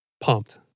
pumped